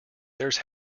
there’s